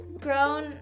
grown